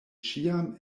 ĉiam